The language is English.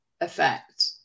effect